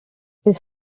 his